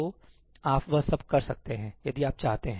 तो आप वह सब कर सकते हैं यदि आप चाहते हैं